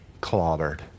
clobbered